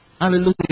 hallelujah